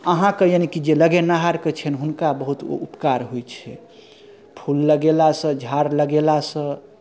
अहाँके यानिकि जे लगेनिहारकेँ छनि हुनका बहुत ओ उपकार होइ छै फूल लगेलासँ झाड़ लगेलासँ